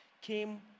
came